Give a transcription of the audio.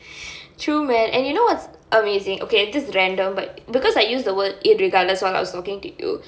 true man and you know what's amazing okay this is random but because I use the word irregardless while I was talking to you